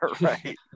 Right